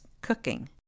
cooking